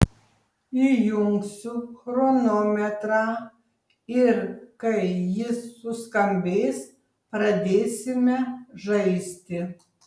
įjungsiu chronometrą ir kai jis suskambės pradėsime žaisti